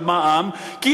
של מע"מ אפס,